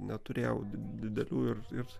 neturėjau didelių ir ir